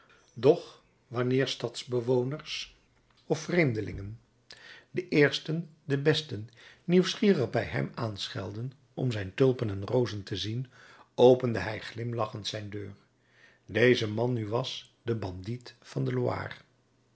doch wanneer stadsbewoners of vreemdelingen de eersten de besten nieuwsgierig bij hem aanschelden om zijn tulpen en rozen te zien opende hij glimlachend zijn deur deze man nu was de bandiet van de loire